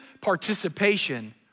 participation